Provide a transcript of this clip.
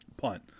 punt